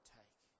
take